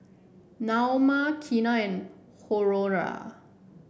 Naoma Keena and Honora